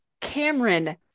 cameron